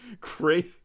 Great